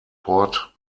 port